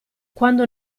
quando